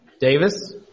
Davis